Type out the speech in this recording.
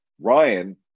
Ryan